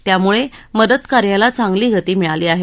त्यामुळे मदत कार्याला चांगली गती मिळाली आहे